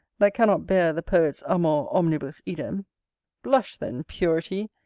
that cannot bear the poet's amor omnibus idem blush, then, purity!